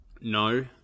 no